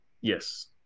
Yes